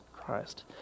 Christ